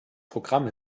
programm